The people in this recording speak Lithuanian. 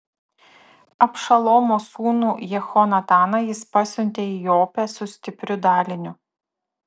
abšalomo sūnų jehonataną jis pasiuntė į jopę su stipriu daliniu